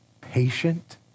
patient